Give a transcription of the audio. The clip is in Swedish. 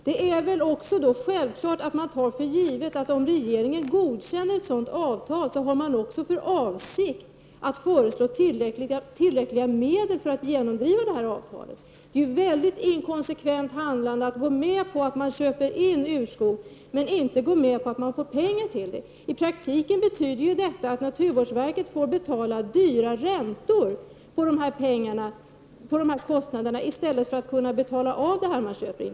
Det är då självklart att man tar för givet att om regeringen godkänner ett sådant avtal så har den också för avsikt att anslå tillräckliga medel för att genomföra avtalet. Det är ett mycket inkonsekvent handlande att regeringen går med på att man köper in urskog men inte går med på att man får pengar till detta. Det betyder i praktiken att naturvårdsverket får betala dyra räntor för dessa kostnader i stället för att kunna betala av det man köper in.